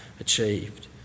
achieved